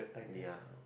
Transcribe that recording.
ya